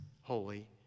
holy